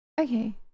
okay